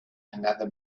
another